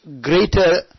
greater